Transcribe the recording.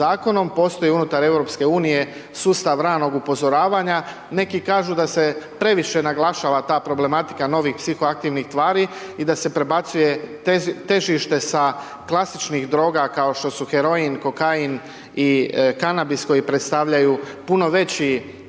Postoji unutar EU sustav radnog upozoravanja. Neki kažu da se previše naglašava ta problematika novih psihoaktivnih tvari i da se prebacuje težište sa klasničnih droga kao što su heroin, kokain i kanabis koji predstavljaju puno veći javno